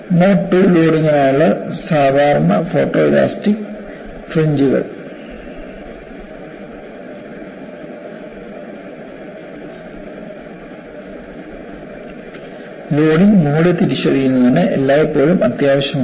mode II ലോഡിംഗിനായുള്ള സാധാരണ photoelastic ഫ്രിഞ്ച്കൾ ലോഡിംഗ് മോഡ് തിരിച്ചറിയുന്നത് എല്ലായ്പ്പോഴും അത്യാവശ്യമാണ്